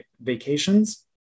vacations